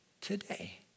today